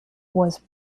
was